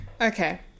Okay